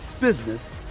business